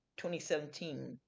2017